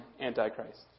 antichrist